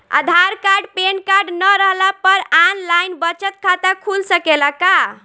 आधार card PAN card न रहला पर आन लाइन बचत खाता खुल सकेला का?